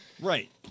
Right